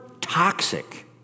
toxic